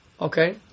Okay